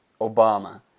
Obama